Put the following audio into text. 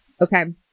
Okay